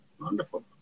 Wonderful